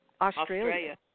Australia